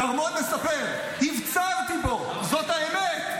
כרמון מספר: הפצרתי בו, זאת האמת.